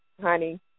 honey